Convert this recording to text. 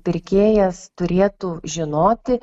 pirkėjas turėtų žinoti